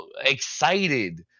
excited